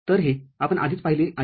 तर हे आपण आधीच पाहिले आहे